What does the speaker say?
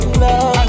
love